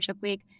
Week